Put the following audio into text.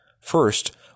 First